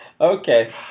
Okay